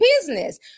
business